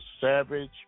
savage